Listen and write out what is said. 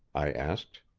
i asked.